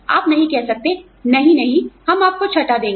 आप नहीं कह सकते नहीं नहीं हम आपको छठा देंगे